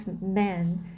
man